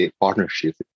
partnership